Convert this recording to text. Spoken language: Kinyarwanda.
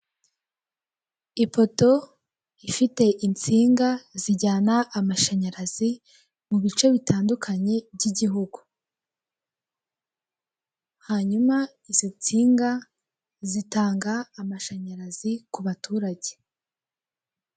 Ipoto ifite insinga zijyana amashanyarazi mu bice bitandukanye by'igihugu. Hanyuma izi nsinga zitanga amashanyarazi ku baturage.